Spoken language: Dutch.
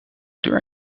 deur